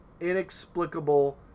inexplicable